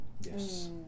yes